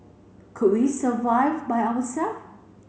could we survive by our self